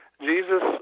Jesus